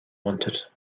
wanted